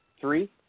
three